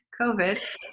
COVID